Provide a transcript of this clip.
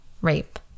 rape